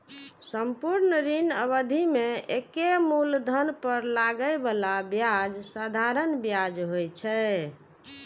संपूर्ण ऋण अवधि मे एके मूलधन पर लागै बला ब्याज साधारण ब्याज होइ छै